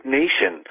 nation